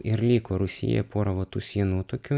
ir liko rūsyje pora va tų sienų tokių